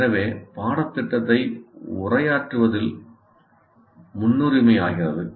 எனவே பாடத்திட்டத்தை உரையாற்றுதல் முன்னுரிமையாகிறது